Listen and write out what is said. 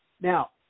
Now